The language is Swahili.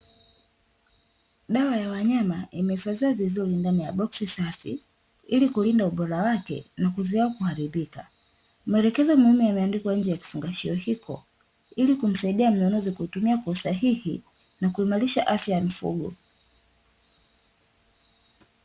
Dawa ya wanyama imehifadhiwa vizuri ndani ya boksi safi ilikulinda ubora wake na kuzuia kuharibika. Maelekezo muhimu yameandikwa nje ya kifungashio hicho ilikumsaidia mnunuzi kutumia kwa usahihi na kuimarisha afya ya mifugo.